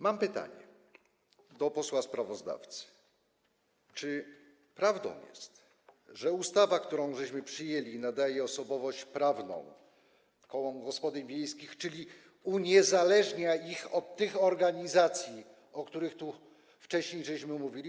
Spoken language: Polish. Mam pytanie do posła sprawozdawcy: Czy prawdą jest, że ustawa, którą przyjęliśmy, nadaje osobowość prawną kołom gospodyń wiejskich, czyli uniezależnia je od tych organizacji, o których tu wcześniej mówiliśmy?